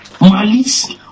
malice